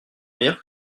meilleur